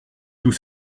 tout